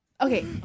Okay